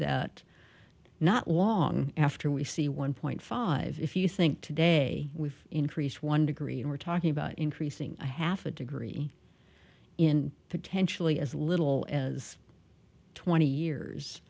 that not long after we see one point five if you think today we've increased one degree and we're talking about increasing by half a degree in potentially as little as twenty years